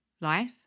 life